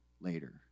later